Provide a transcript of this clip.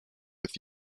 with